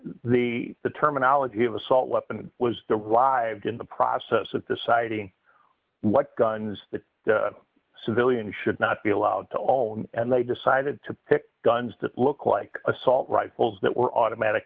so the terminology of assault weapon was derived in the process of deciding what guns the civilian should not be allowed to own and they decided to pick guns that look like assault rifles that were automatic